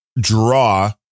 draw